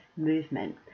movement